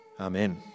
Amen